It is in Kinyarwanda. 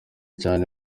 cyane